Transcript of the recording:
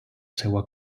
seua